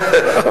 טוב.